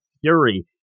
fury